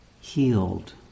healed